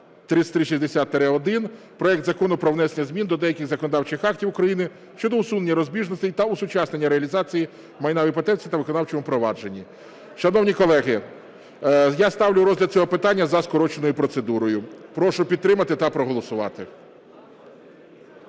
3360-1. Проект Закону про внесення змін до деяких законодавчих актів України щодо усунення розбіжностей та осучаснення реалізації майна в іпотеці та виконавчому провадженні. Шановні колеги, я ставлю розгляд цього питання за скороченою процедурою. Прошу підтримати та проголосувати.